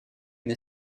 une